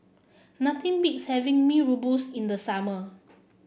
nothing beats having Mee Rebus in the summer